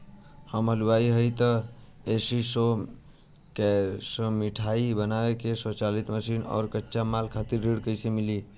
हम हलुवाई हईं त ए.सी शो कैशमिठाई बनावे के स्वचालित मशीन और कच्चा माल खातिर ऋण कइसे मिली?